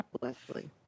Leslie